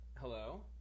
Hello